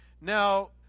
Now